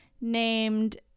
named